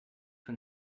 when